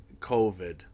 COVID